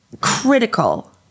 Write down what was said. critical